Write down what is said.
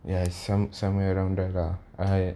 ya it's some~ somewhere around there lah I